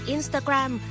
Instagram